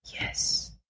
Yes